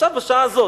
עכשיו בשעה הזאת.